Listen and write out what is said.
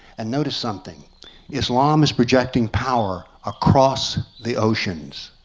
and notice something islam is projecting power across the oceans,